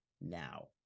now